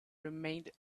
remained